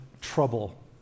trouble